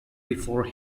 before